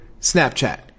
Snapchat